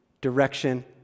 direction